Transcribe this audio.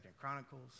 Chronicles